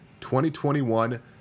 2021